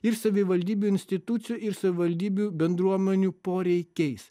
ir savivaldybių institucijų ir savivaldybių bendruomenių poreikiais